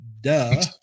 Duh